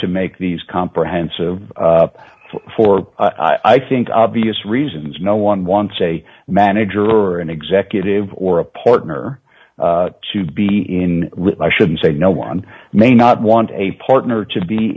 to make these comprehensive for i think obvious reasons no one wants a manager or an executive or a partner to be in i shouldn't say no one may not want a partner to be